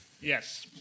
Yes